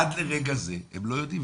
עד לרגע זה, הם לא יודעים.